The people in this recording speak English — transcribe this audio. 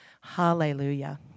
Hallelujah